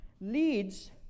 leads